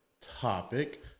topic